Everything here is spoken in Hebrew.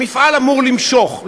המפעל אמור למשוך,